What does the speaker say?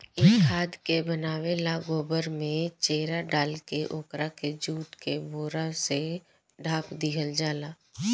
ए खाद के बनावे ला गोबर में चेरा डालके ओकरा के जुट के बोरा से ढाप दिहल जाला